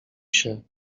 się